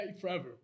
Forever